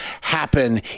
happen